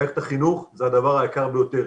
מערכת החינוך זה הדבר היקר ביותר.